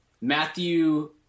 Matthew